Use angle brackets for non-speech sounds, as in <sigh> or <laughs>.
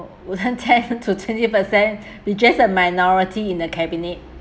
<laughs> within ten to twenty percent it's just a minority in the cabinet